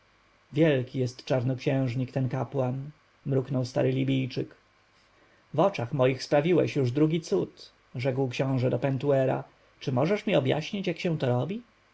wielki jest czarnoksiężnik ten kapłan mruknął stary libijczyk w oczach moich sprawiłeś już drugi cud rzekł książę do pentuera czy możesz mi objaśnić jak się to robi